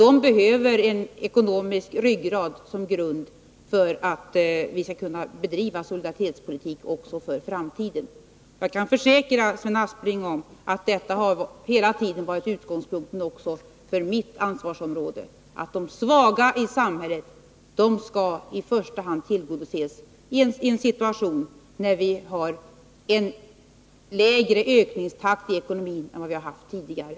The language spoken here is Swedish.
En sådan ekonomisk ryggrad behövs som grund för att vi skall kunna bedriva solidaritetspolitik också för framtiden. Jag kan försäkra Sven Aspling att detta hela tiden har varit utgångspunkten också när det gäller mitt ansvarsområde — att de svaga i samhället i första hand skall tillgodosesi en situation när vi har lägre ökningstakt i ekonomin än vi haft tidigare.